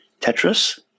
Tetris